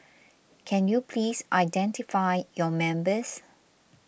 can you please identify your members